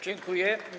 Dziękuję.